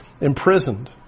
imprisoned